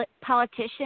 politician